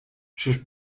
sus